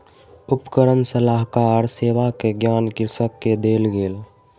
उपकरण सलाहकार सेवा के ज्ञान कृषक के देल गेल